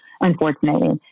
unfortunately